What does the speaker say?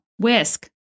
whisk